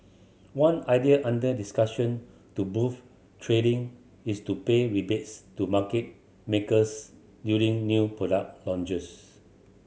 one idea under discussion to boost trading is to pay rebates to market makers during new product launches